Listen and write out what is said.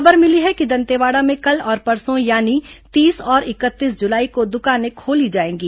खबर मिली है कि दंतेवाड़ा में कल और परसों यानी तीस और इकतीस जुलाई को दुकानें खोली जाएंगी